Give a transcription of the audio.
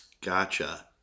Gotcha